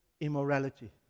Immorality